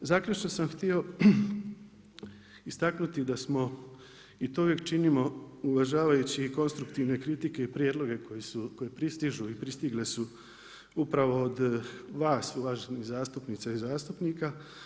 Zaključno sam htio istaknuti da smo i to uvijek činimo uvažavajući i konstruktivne kritike i prijedloge koji pristižu i pristigle su upravo od vas uvaženih zastupnica i zastupnika.